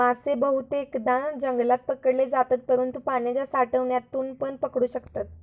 मासे बहुतेकदां जंगलात पकडले जातत, परंतु पाण्याच्या साठ्यातूनपण पकडू शकतत